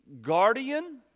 guardian